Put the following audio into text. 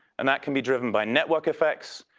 and that can be driven by network effects.